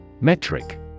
Metric